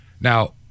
Now